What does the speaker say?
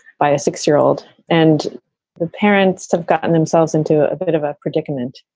by a six year old, and the parents have gotten themselves into a bit of a predicament.